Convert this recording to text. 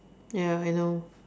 ya I know